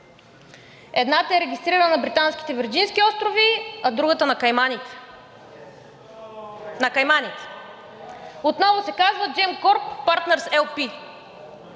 Едната е регистрирана на британските Вирджински острови, а другата на Кайманите. На Кайманите! Отново се казва Gemcorp Partners LP.